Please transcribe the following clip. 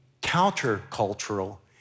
counter-cultural